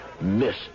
Miss